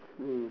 mm